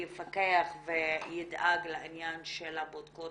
יפקח וידאג לעניין של הבודקות